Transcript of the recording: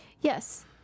Yes